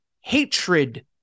hatred